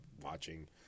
watching